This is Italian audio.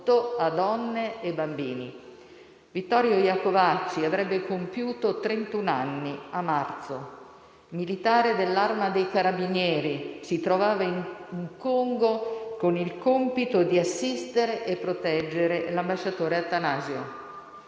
Vittorio Iacovacci avrebbe compiuto trentun anni a marzo. Militare dell'Arma dei carabinieri, si trovava in Congo con il compito di assistere e proteggere l'ambasciatore Attanasio.